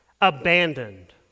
Abandoned